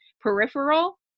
peripheral